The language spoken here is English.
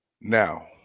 Now